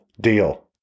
Deal